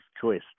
choice